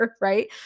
right